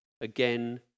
again